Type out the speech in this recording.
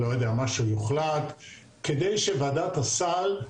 לא של ועדת הסל.